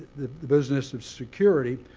the business of security.